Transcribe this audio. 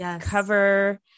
cover